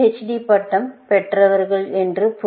hd பட்டம் பெற்றவர்கள் என்று பொருள்